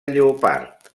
lleopard